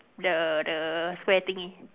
the the square thingy